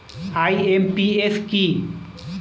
IMPS কি?